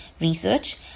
Research